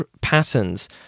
patterns